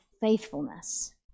faithfulness